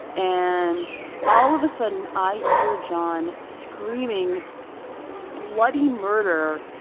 and all of a sudden, i hear john screaming bloody murder.